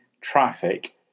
traffic